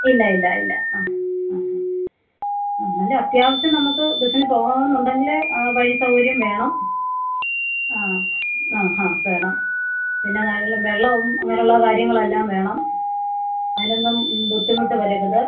ഇല്ലായില്ലായില്ല ആ ആ ആ എന്നാലും അത്യാവശ്യം നമുക്ക് ബസ്സിനു പോകണമെന്നുണ്ടെങ്കിൽ വഴി സൗകര്യം വേണം ആ ആ ഹാ വേണം പിന്നെ വേനലിൽ വെള്ളവും അങ്ങനെ ഉള്ള കാര്യങ്ങൾ എല്ലാം വേണം അതിനൊന്നും ബുദ്ധിമുട്ട് വരരുത്